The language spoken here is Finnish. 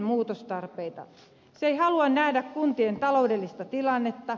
se ei halua nähdä kuntien taloudellista tilannetta